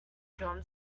drum